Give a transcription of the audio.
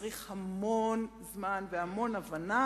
צריך המון זמן והמון הבנה